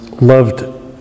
loved